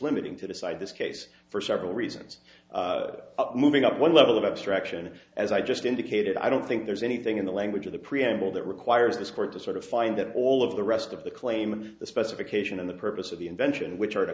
limiting to decide this case for several reasons moving up one level of abstraction and as i just indicated i don't think there's anything in the language of the preamble that requires this court to sort of find that all of the rest of the claimant the specification of the purpose of the invention which are to